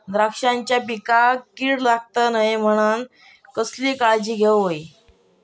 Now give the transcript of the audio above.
द्राक्षांच्या पिकांक कीड लागता नये म्हणान कसली काळजी घेऊक होई?